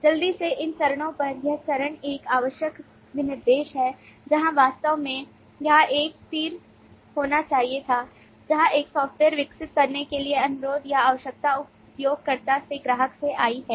जल्दी से इन चरणों पर यह चरण एक आवश्यकता विनिर्देश है जहां वास्तव में यहां एक तीर होना चाहिए था जहां एक सॉफ्टवेयर विकसित करने के लिए अनुरोध या आवश्यकता उपयोगकर्ता से ग्राहक से आई है